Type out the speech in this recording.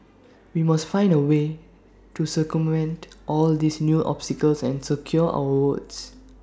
we must find A way to circumvent all these new obstacles and secure our votes